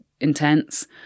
intense